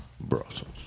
Brussels